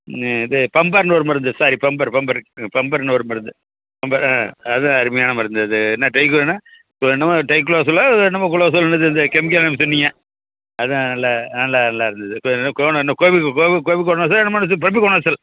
ம் இது பம்பர்னு ஒரு மருந்து சாரி பம்பர் பம்பர் ம் பம்பர்னு ஒரு மருந்து பம்பர் ஆ அதும் அருமையான மருந்து அது என்ன என்ன இப்போ என்னமோ டைய்க்குளோசலோ என்னமோ குளோசலோ என்னது இந்த கெமிக்கல்னு சொன்னீங்க அதான் நல்ல ஆ நல்லா நல்லாயிருந்தது இப்ப என்ன கோனம் என்ன என்னமோ இருந்துது பிரபுகோனார்செல்